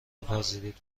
بپذیرید